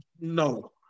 no